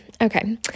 Okay